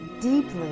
deeply